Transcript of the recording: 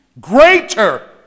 Greater